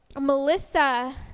Melissa